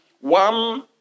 one